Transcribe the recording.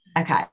Okay